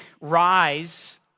rise